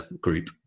group